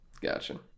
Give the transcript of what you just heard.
Gotcha